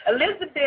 Elizabeth